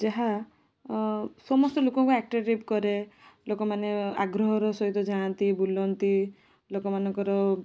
ଯାହା ସମସ୍ତ ଲୋକଙ୍କୁ ଆଟ୍ରାକ୍ଟ ବି କରେ ଲୋକମାନେ ଆଗ୍ରହର ସହିତ ଯାଆନ୍ତି ବୁଲନ୍ତି ଲୋକମାନଙ୍କର